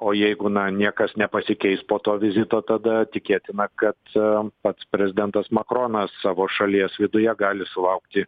o jeigu na niekas nepasikeis po to vizito tada tikėtina kad pats prezidentas makronas savo šalies viduje gali sulaukti